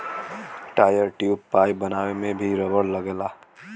tyre, tube, pipe बनावे में भी रबड़ लगला